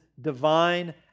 divine